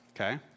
Okay